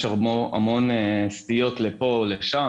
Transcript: יש המון סטיות לפה או לשם,